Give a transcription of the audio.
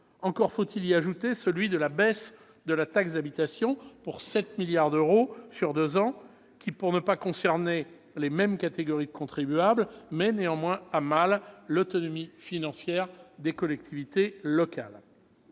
d'euros. J'ajoute que la baisse de la taxe d'habitation pour 7 milliards d'euros sur deux ans, si elle ne concerne pas les mêmes catégories de contribuables, n'en met pas moins à mal l'autonomie financière des collectivités locales.